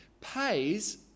pays